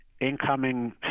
incoming